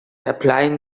applying